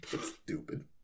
Stupid